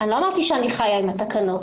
אמרתי שאני חיה עם התקנות.